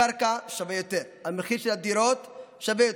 הקרקע שווה יותר, המחיר של הדירות שווה יותר,